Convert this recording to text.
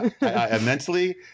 Mentally